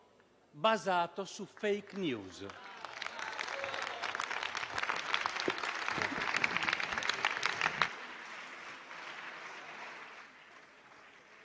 basato su *fake news*.